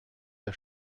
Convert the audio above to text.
der